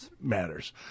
matters